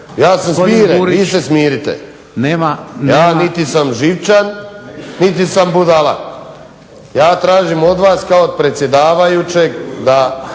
Ja sam smiren, vi se smirite. Ja niti sam živčan, niti sam budala. Ja tražim od vas kao od predsjedavajućeg da